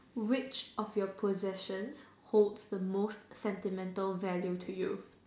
which of your possessions holds the most sentimental value to you